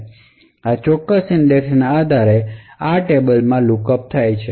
તેથી આ ચોક્કસ ઇંડેક્સના આધારે આ ટેબલમાં લુકઅપ થાય છે